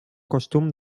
costum